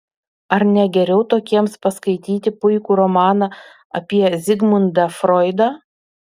ar ne geriau tokiems paskaityti puikų romaną apie zigmundą froidą